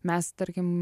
mes tarkim